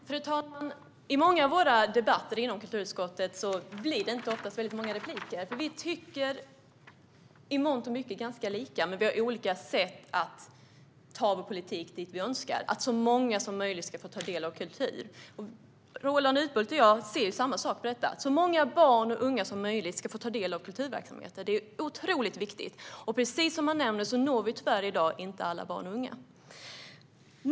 Fru talman! I många av våra debatter i kulturutskottet blir det ofta inte så många repliker. Vi tycker i mångt och mycket ganska lika, men vi har olika sätt att ta vår politik dit vi önskar: att så många som möjligt ska få ta del av kultur. Roland Utbult och jag vill samma sak i detta: att så många barn och unga som möjligt ska få ta del av kulturverksamheter. Det är otroligt viktigt, och precis som Roland nämner når vi i dag tyvärr inte alla barn och unga.